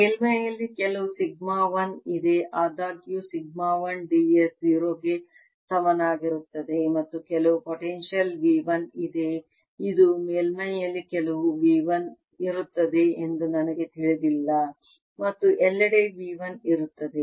ಮೇಲ್ಮೈಯಲ್ಲಿ ಕೆಲವು ಸಿಗ್ಮಾ 1 ಇದೆ ಆದಾಗ್ಯೂ ಸಿಗ್ಮಾ 1 ds 0 ಗೆ ಸಮನಾಗಿರುತ್ತದೆ ಮತ್ತು ಕೆಲವು ಪೊಟೆನ್ಶಿಯಲ್ V 1 ಇದೆ ಇದು ಮೇಲ್ಮೈಯಲ್ಲಿ ಕೆಲವು V 1 ಇರುತ್ತದೆ ಎಂದು ನನಗೆ ತಿಳಿದಿಲ್ಲ ಮತ್ತು ಎಲ್ಲೆಡೆ V 1 ಇರುತ್ತದೆ